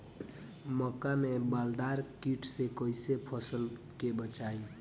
मक्का में बालदार कीट से कईसे फसल के बचाई?